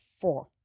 four